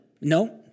No